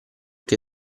che